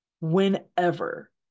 whenever